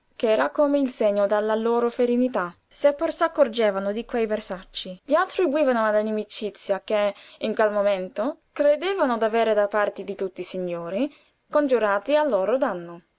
d'aglio ch'era come il segno della loro ferinità se pur s'accorgevano di quei versacci li attribuivano alla nimicizia che in quel momento credevano d'avere da parte di tutti i signori congiurati al loro danno